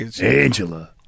Angela